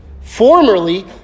Formerly